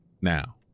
Now